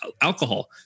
alcohol